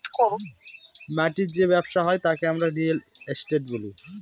মাটির যে ব্যবসা হয় তাকে আমরা রিয়েল এস্টেট বলি